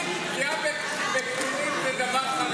תגיד, פגיעה בקטינים זה דבר חרדי?